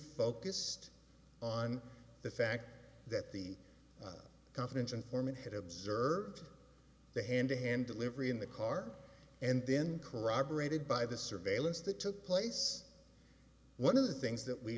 focused on the fact that the confidential informant had observed the hand to hand delivery in the car and then corroborated by the surveillance that took place one of the things that we